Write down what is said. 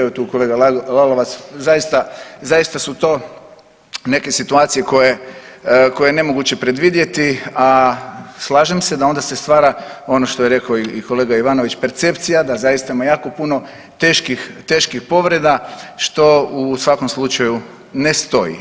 Evo tu je kolega Lalovac, zaista su to neke situacije koje je nemoguće predvidjeti, a slažem se da onda se stvara ono što je rekao i kolega Ivanović percepcija da zaista ima jako puno teških povreda što u svakom slučaju ne stoji.